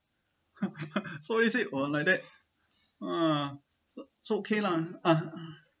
so is it or like that ah so so okay lah ah